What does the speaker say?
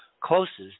closest